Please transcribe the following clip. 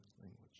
language